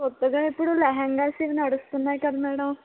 కొత్తగా ఇప్పుడు లెహెంగాస్ ఏ నడుస్తున్నాయి కదా మేడం